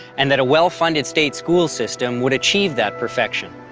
and that a well-funded state school system would achieve that perfection.